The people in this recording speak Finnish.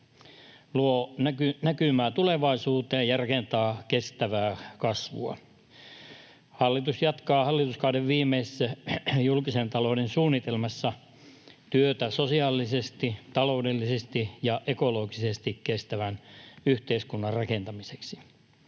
luo näkymää tulevaisuuteen ja rakentaa kestävää kasvua. Hallitus jatkaa hallituskauden viimeisessä julkisen talouden suunnitelmassa työtä sosiaalisesti, taloudellisesti ja ekologisesti kestävän yhteiskunnan rakentamiseksi.